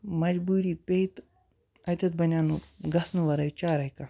مَجبوٗری پیٚیہِ تہٕ اَتٮ۪تھ بنیٛو نہٕ گژھنہٕ وَرٲے چارَے کانٛہہ